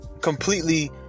completely